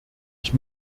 ich